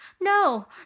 No